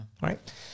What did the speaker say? Right